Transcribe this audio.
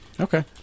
Okay